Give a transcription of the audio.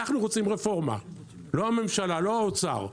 אנחנו רוצים רפורמה, לא הממשלה, לא האוצר.